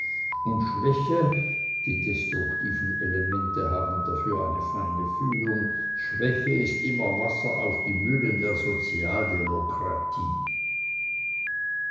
und schwäche die destruktiven elemente haben dafür eine feine fühlung schwäche ist immer wasser auf die mühlen der sozialdemokratie